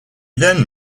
then